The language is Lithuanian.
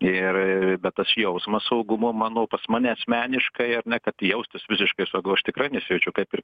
ir bet tas jausmas saugumo mano pas mane asmeniškai ar ne kad jaustis visiškai saugu aš tikrai nesijaučiu kaip ir